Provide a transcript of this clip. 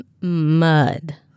mud